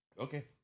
Okay